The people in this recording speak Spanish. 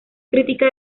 crítica